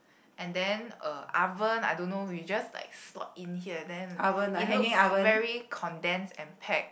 and then uh oven I don't know you just like slot in here then it looks very condensed and packed